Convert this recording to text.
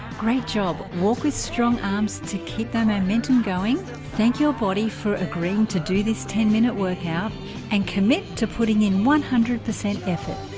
great job walk with strong arms to keep the momentum going thank your body for agreeing to do this ten minute workout and commit to putting in one hundred percent effort